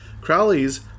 Crowley's